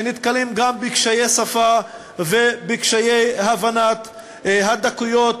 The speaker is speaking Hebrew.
שנתקלים גם בקשיי שפה ובקשיי הבנת הדקויות